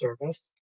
service